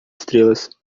estrelas